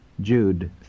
Jude